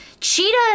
Cheetah